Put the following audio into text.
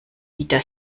wieder